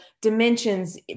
dimensions